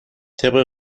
طبق